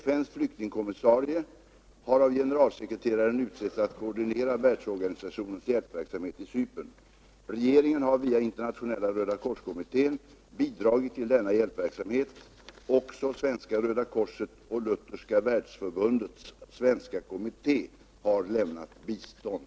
FN:s flyktingkommissarie har av generalsekreteraren utsetts att koordinera världsorganisationens hjälpverksamhet i Cypern. Regeringen har via Internationella rödakorskommittén bidragit till denna hjälpverksamhet. Också Svenska röda korset och Lutherska världsförbundets svenska kommitté har lämnat bistånd.